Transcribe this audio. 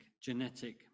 genetic